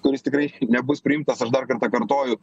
kuris tikrai nebus priimtas aš dar kartą kartoju